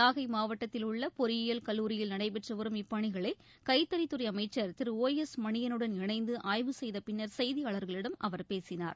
நாகைமாவட்டத்தில் உள்ளபொறியியல் கல்லூரில் நடைபெற்றுவரும் இப்பணிகளைகைத்தறித் துறைஅமைச்சர் திரு ஒ எஸ் மணியனுடன் இணைந்துஆய்வு செய்தபின்னர் செய்தியாளர்களிடம் அவர் பேசினார்